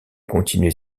continuer